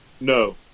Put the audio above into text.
No